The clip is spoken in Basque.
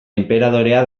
enperadorea